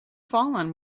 fallen